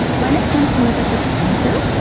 when it comes to metastatic cancer,